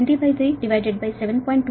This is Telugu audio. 20492